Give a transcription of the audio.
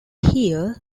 here